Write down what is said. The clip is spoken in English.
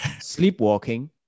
Sleepwalking